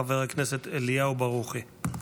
חבר הכנסת אליהו ברוכי.